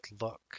look